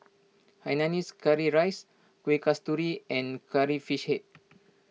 Hainanese Curry Rice Kuih Kasturi and Curry Fish Head